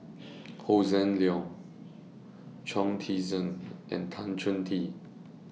Hossan Leong Chong Tze Chien and Tan Chong Tee